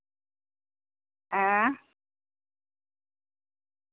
हैं